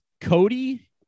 Cody